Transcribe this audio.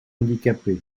handicapées